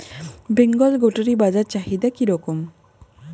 বেঙ্গল গোটারি বাজার চাহিদা কি রকম?